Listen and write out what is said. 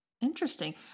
Interesting